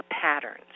patterns